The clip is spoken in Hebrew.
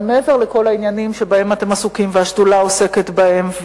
אבל מעבר לכל העניינים שבהם אתם עסוקים והשדולה עוסקת בהם,